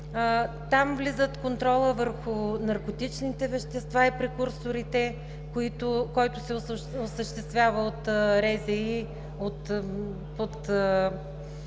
Там влизат контролът върху наркотичните вещества и прекурсорите, които се осъществяват от РЗИ под